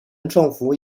政府